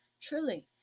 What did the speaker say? Truly